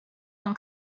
them